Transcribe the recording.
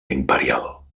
imperial